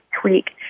tweak